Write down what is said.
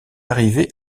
arrivé